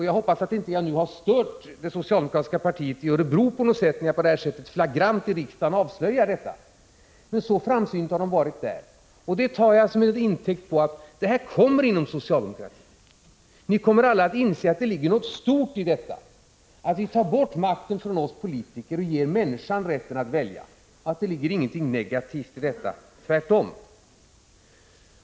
Jag hoppas att jag inte nu har stört det socialdemokratiska partiet i Örebro när jag på det här sättet flagrant i riksdagen avslöjar detta. Men så framsynt har man varit där, och det tar jag som intäkt för att det här synsättet kommer inom socialdemokratin. Ni kommer att inse att det ligger något stort i detta att vi tar bort makten från oss politiker och ger människan rätt att välja, att det inte ligger någonting negativt i detta — tvärtom.